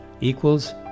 equals